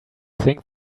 think